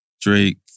Drake